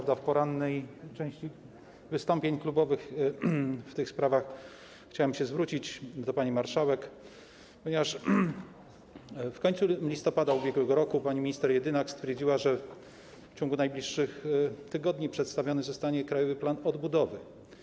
W porannej części wystąpień klubowych w tych sprawach chciałem się zwrócić do pani marszałek, ponieważ pod koniec listopada ub.r. pani minister Jedynak stwierdziła, że w ciągu najbliższych tygodni przedstawiony zostanie Krajowy Plan Odbudowy.